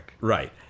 Right